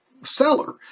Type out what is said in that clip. seller